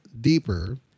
deeper